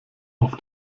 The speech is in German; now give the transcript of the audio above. auf